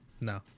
No